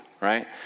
right